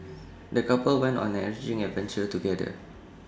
the couple went on an enriching adventure together